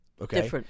okay